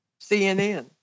CNN